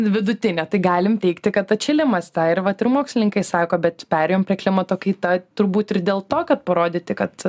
vidutinė tai galim teigti kad atšilimas tą ir vat ir mokslininkai sako bet perėjom prie klimato kaita turbūt ir dėl to kad parodyti kad